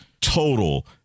total